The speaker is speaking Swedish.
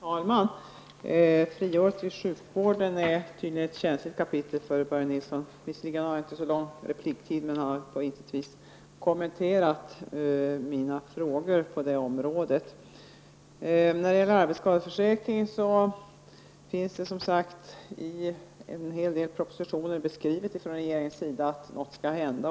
Herr talman! Friåret i sjukvården är tydligen ett känsligt kapitel för Börje Nilsson. Visserligen har han inte så lång repliktid, men han har på intet vis kommenterat mina frågor på det området. När det gäller arbetsskadeförsäkringen finns det som sagt i en hel del propositioner beskrivet, från regeringens sida, att något skall hända.